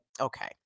Okay